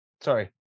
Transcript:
Sorry